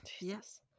Yes